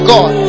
God